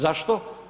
Zašto?